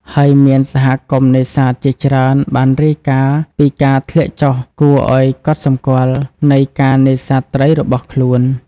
ហើយមានសហគមន៍នេសាទជាច្រើនបានរាយការណ៍ពីការធ្លាក់ចុះគួរឱ្យកត់សម្គាល់នៃការនេសាទត្រីរបស់ខ្លួន។